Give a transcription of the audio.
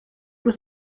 was